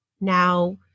now